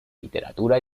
literatura